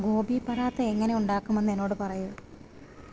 ഗോബീപറാത്ത എങ്ങനെ ഉണ്ടാക്കുമെന്ന് എന്നോട് പറയു